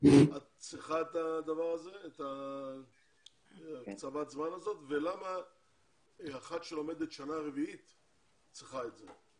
את צריכה את הארכת הזמן הזאת ולמה אחת שלומדת שנה רביעית צריכה את זה.